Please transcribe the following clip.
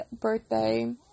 birthday